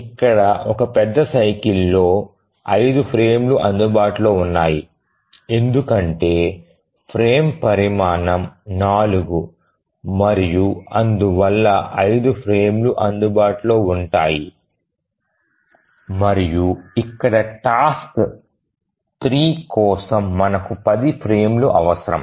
ఇక్కడ ఒక పెద్ద సైకిల్ లో 5 ఫ్రేమ్లు అందుబాటులో ఉన్నాయి ఎందుకంటే ఫ్రేమ్ పరిమాణం 4 మరియు అందువల్ల 5 ఫ్రేమ్లు అందుబాటులో ఉంటాయి మరియు ఇక్కడ టాస్క్ 3 కోసం మనకు 10 ఫ్రేమ్లు అవసరం